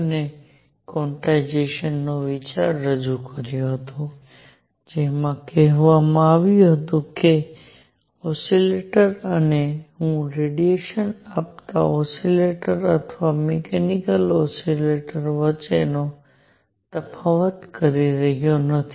અને ક્વોન્ટાઇઝેશનનો વિચાર રજૂ કર્યો હતો જેમાં કહેવામાં આવ્યું હતું કે ઓસિલેટર અને હું રેડિયેશન આપતા ઓસિલેટર અથવા મિકેનિકલ ઓસિલેટર વચ્ચે તફાવત કરી રહ્યો નથી